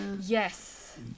yes